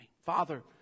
Father